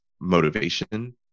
motivation